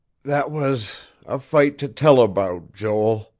that was a fight to tell about, joel.